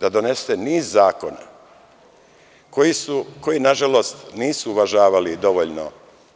da donese niz zakona koji, nažalost, nisu uvažavali dovoljno